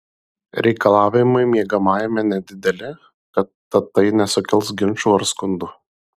reikalavimai miegamajame nedideli tad tai nesukels ginčų ar skundų